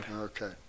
Okay